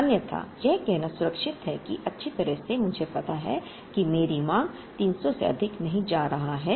अन्यथा यह कहना सुरक्षित है कि अच्छी तरह से मुझे पता है कि मेरी मांग 300 से अधिक नहीं जा रहा है